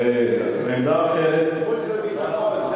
עמדה אחרת, חוץ וביטחון.